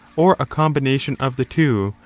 or a combination of the two,